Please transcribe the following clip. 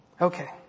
Okay